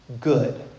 good